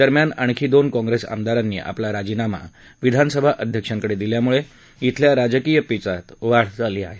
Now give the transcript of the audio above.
दरम्यान आणखी दोन काँप्रेस आमदारांनी आपला राजीनामा विधानसभा अध्यक्षांकडे दिल्यामुळे इथल्या राजकीय पेचात वाढ झाली आहे